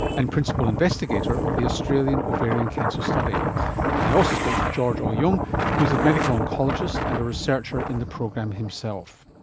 and principal investigator of the australian ovarian cancer study. and i also spoke to george au-yeung who is a medical oncologist and a researcher in the program himself.